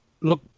Look